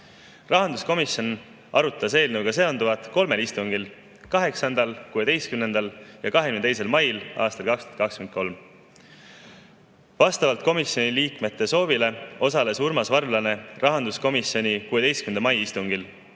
vahel. Rahanduskomisjon arutas eelnõuga seonduvat kolmel istungil: 8., 16. ja 22. mail aastal 2023. Vastavalt komisjoni liikmete soovile osales Urmas Varblane rahanduskomisjoni 16. mai istungil,